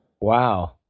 Wow